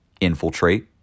Infiltrate